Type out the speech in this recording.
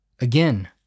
Again